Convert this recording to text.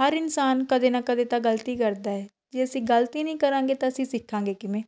ਹਰ ਇਨਸਾਨ ਕਦੇ ਨਾ ਕਦੇ ਤਾਂ ਗ਼ਲਤੀ ਕਰਦਾ ਹੈ ਜੇ ਅਸੀਂ ਗ਼ਲਤੀ ਨਹੀਂ ਕਰਾਂਗੇ ਤਾਂ ਅਸੀਂ ਸਿਖਾਂਗੇ ਕਿਵੇਂ